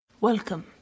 Welcome